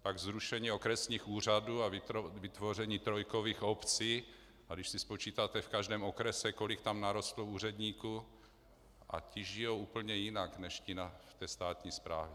Pak zrušení okresních úřadů a vytvoření trojkových obcí, a když si spočítáte v každém okrese, kolik tam narostlo úředníků, a ti žijí úplně jinak než ti na té státní správě.